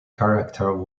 character